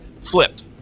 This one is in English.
Flipped